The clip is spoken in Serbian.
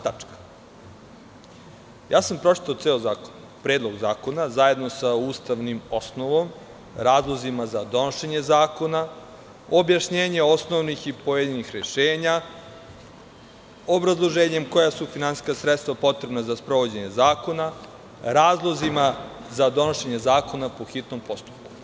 Pročitao sam ceo zakon, predlog zakona, zajedno sa ustavnom osnovom, razlozima za donošenje zakona, objašnjenje osnovnih i pojedinih rešenja, obrazloženja koja su finansijska sredstva potrebna za sprovođenje zakona, razlozima da donošenje zakona po hitnom postupku.